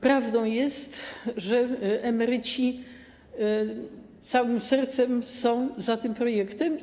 Prawdą jest, że emeryci całym sercem są za tym projektem.